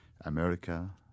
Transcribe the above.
America